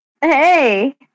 Hey